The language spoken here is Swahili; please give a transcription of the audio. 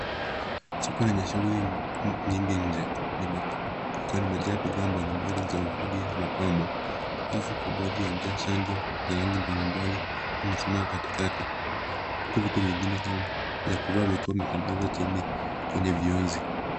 Soko lenye shughuli nyingi nje likiwa limejaa bidhaa mbali mbali za ufundi na mapambo. Rafu kubwa yajaa shanga za rangi mbali mbali imesimama katikati, huku vitu vingine kama vya kuvaa vikiwa vimetandazwa chini kwenye viunzi.